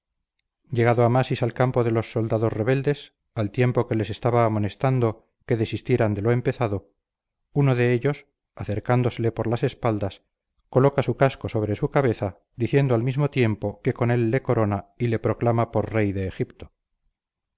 llegado amasis al campo de los soldados rebeldes al tiempo que les estaba amonestando que desistieran de lo empezado uno de ellos acercándosele por las espaldas coloca un casco sobre su cabeza diciendo al mismo tiempo que con él le corona y le proclama por rey de egipto